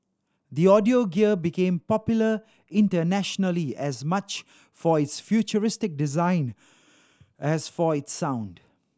the audio gear became popular internationally as much for its futuristic design as for its sound